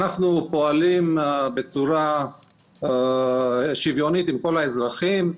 אנחנו פועלים בצורה שוויונית עם כל האזרחים.